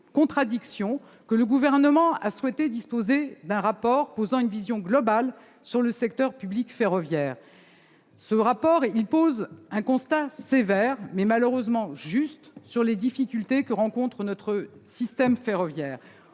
contradictions, que le Gouvernement a souhaité disposer d'un rapport posant une vision globale sur le secteur public ferroviaire. Ce rapport pose un constat sévère, mais malheureusement juste, ... Juste ? On pourrait en discuter !... sur les difficultés que rencontre notre système ferroviaire.